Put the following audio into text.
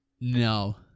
No